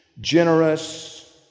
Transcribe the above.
generous